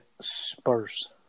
Spurs